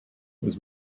was